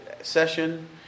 session